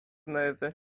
nerwy